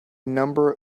number